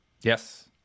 Yes